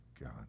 God